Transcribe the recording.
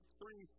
three